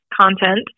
content